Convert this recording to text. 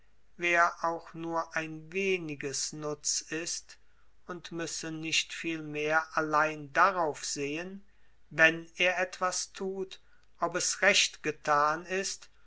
wer auch nur ein weniges nutz ist und müsse nicht vielmehr allein darauf sehen wenn er etwas tut ob es recht getan ist